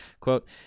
Quote